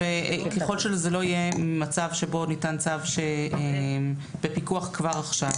ככל שזה לא יהיה מצב שבו ניתן צו בפיקוח כבר עכשיו,